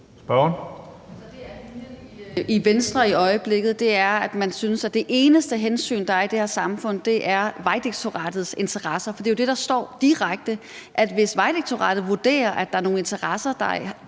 synes man altså i øjeblikket, at det eneste hensyn, der er i det her samfund, er Vejdirektoratets interesser. For det er jo det, der står direkte, altså at hvis Vejdirektoratet vurderer, at der er nogle interesser, der ikke